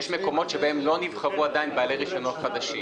יש מקומות שבהם לא נבחרו עדיין בעלי רישיונות חדשים.